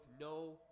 no